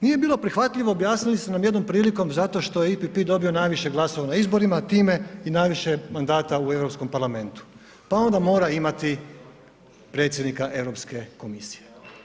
Nije bilo prihvatljivo objasnili su nam jednom prilikom zato što je EPP dobio najviše glasova na izborima a time i najviše mandata u Europskom parlamentu, pa onda mora imati predsjednika Europske komisije.